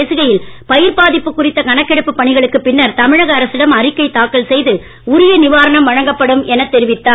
பேசுகையில் பயிர் பாதிப்பு குறித்த கணக்கெடுப்புப் பணிகளுக்கு பின்னர் தமிழக அரசிடம் அறிக்கை தாக்கல் செய்து உரிய நிவாரணம் வழங்கப்படும் எனத் தெரிவித்தார்